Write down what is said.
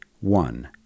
One